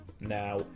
Now